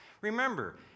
Remember